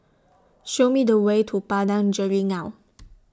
Show Me The Way to Padang Jeringau